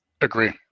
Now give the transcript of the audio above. Agree